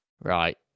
right